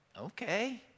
okay